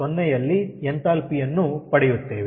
0ಯಲ್ಲಿ enthalpy ಯನ್ನು ಪಡೆಯುತ್ತೇವೆ